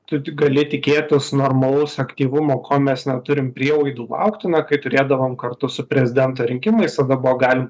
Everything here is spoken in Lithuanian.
tu tik gali tikėtis normalaus aktyvumo ko mes neturim prielaidų lauktina kai turėdavom kartu su prezidento rinkimais tada buvo galima